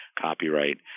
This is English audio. copyright